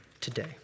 today